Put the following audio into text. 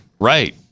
Right